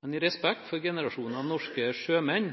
Men i respekt for generasjoner av norske sjømenn